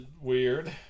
weird